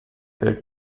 per